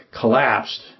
collapsed